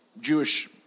Jewish